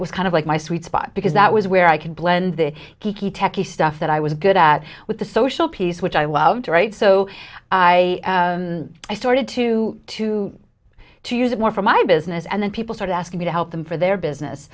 it was kind of like my sweet spot because that was where i could blend the kiki techie stuff that i was good at with the social piece which i loved to write so i started to to to use it more for my business and then people started asking me to help them for their business